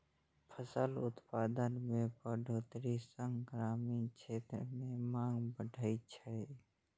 फसल उत्पादन मे बढ़ोतरी सं ग्रामीण क्षेत्र मे मांग बढ़ै छै